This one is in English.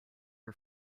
are